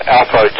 Alpha